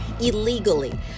illegally